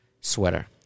sweater